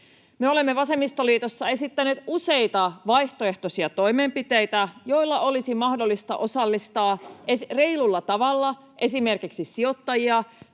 Me olemme vasemmistoliitossa esittäneet useita vaihtoehtoisia toimenpiteitä, joilla olisi mahdollista osallistaa reilulla tavalla tähän sopeuttamiseen